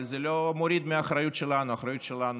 אבל זה לא מוריד מהאחריות שלנו.